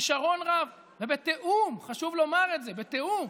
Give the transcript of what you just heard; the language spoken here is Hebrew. בכישרון רב ובתיאום, חשוב לומר את זה, בתיאום.